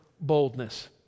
boldness